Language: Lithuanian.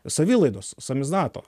savilaidos samizdato